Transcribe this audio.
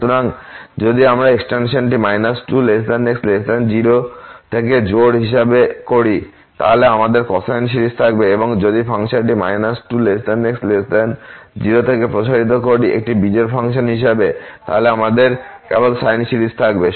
সুতরাং যদি আমরা এক্সটেনশানটি 2 x 0 থেকে জোড় হিসাবে করি তাহলে আমাদের কোসাইন সিরিজ থাকবে এবং যদি আমরা ফাংশনটি 2 x 0 থেকে প্রসারিত করি একটি বিজোড় ফাংশন হিসাবে তাহলে আমাদের কেবল সাইন সিরিজ থাকবে